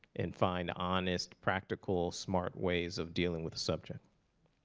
and find honest, practical, smart ways of dealing with the subject.